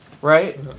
Right